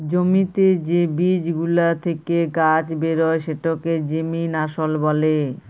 জ্যমিতে যে বীজ গুলা থেক্যে গাছ বেরয় সেটাকে জেমিনাসল ব্যলে